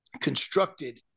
constructed